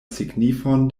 signifon